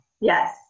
Yes